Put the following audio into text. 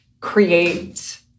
create